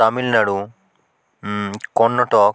Tamil Nadu Karnataka